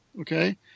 okay